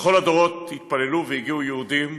בכל הדורות התפללו והגיעו יהודים,